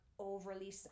overly